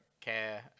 care